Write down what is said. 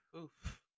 oof